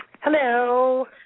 Hello